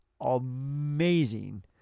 amazing